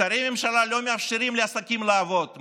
שרי הממשלה לא מאפשרים לעסקים לעבוד,